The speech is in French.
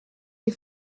des